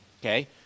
okay